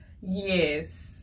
Yes